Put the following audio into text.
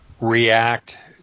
react